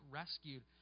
rescued